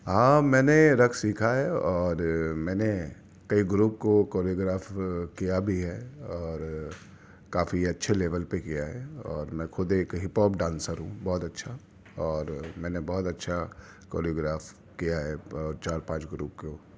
ہاں میں نے رقص سیکھا ہے اور میں نے کئی گروپ کو کوریوگراف کیا بھی ہے اور کافی اچھے لیول پہ کیا ہے اور میں خود ایک ہپوپ ڈانسر ہوں بہت اچھا اور میں نے بہت اچھا کوریوگراف کیا ہے چار پانچ گروپ کو